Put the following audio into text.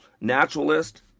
naturalist